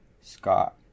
Scott